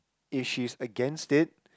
if she's against it